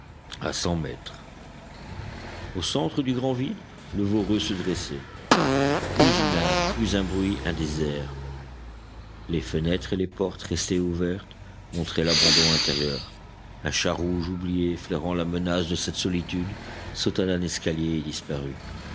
à cent mètres au centre du grand vide le voreux se dressait plus une âme plus un bruit un désert les fenêtres et les portes restées ouvertes montraient l'abandon intérieur un chat rouge oublié flairant la menace de cette solitude sauta d'un escalier et disparut